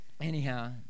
anyhow